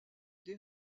des